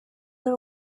yari